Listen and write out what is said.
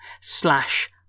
slash